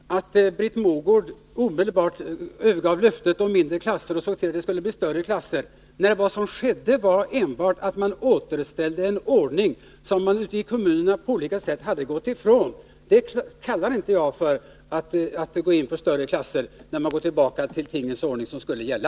Herr talman! Jag kan direkt anknyta till det exempel som jag alldeles nyss tog upp i mitt anförande, nämligen påståendet att Britt Mogård omedelbart övergav löftet om mindre klasser och såg till att det skulle bli större klasser. Det som skedde var enbart att man återställde en ordning som man ute i kommunerna på olika sätt gått ifrån. Och jag kallar det inte att gå in för större klasser när man går tillbaka till den tingens ordning som skulle gälla.